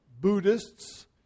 Buddhists